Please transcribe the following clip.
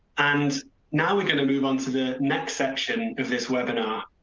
and now we're going to move on to the next section of this web and r.